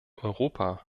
europa